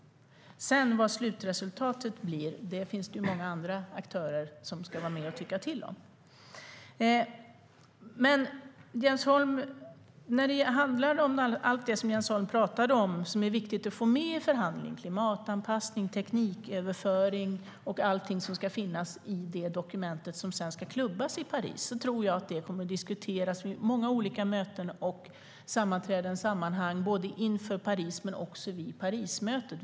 När det sedan gäller slutresultatet finns där många andra aktörer som ska vara med och tycka till. När det gäller allt det som Jens Holm talade om, sådant som är viktigt att få med i förhandlingarna - klimatanpassning, tekniköverföring, allt det som ska finnas i det dokument som ska klubbas i Paris - tror jag att det kommer att diskuteras vid många möten och i många sammanhang både inför Parismötet och vid själva mötet.